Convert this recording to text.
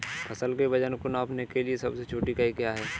फसल के वजन को नापने के लिए सबसे छोटी इकाई क्या है?